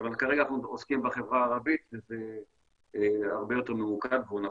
אבל כרגע אנחנו עוסקים בחברה הערבית וזה הרבה יותר ממוקד והוא נכון.